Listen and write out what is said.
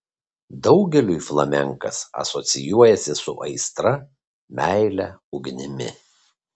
daugeliui flamenkas asocijuojasi su aistra meile ugnimi